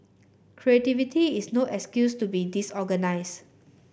creativity is no excuse to be disorganised